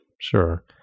Sure